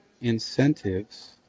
incentives